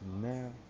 Now